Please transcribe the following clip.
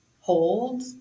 hold